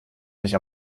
nicht